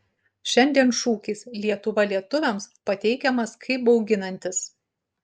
šiandien šūkis lietuva lietuviams pateikiamas kaip bauginantis